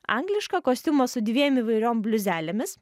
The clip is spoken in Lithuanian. anglišką kostiumą su dviem įvairiom bliuzelėmis